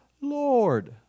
Lord